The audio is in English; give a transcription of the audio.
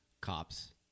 cops